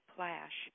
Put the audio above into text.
Plash